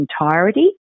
entirety